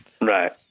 Right